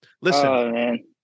listen